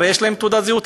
הרי יש להם תעודת זהות,